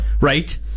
right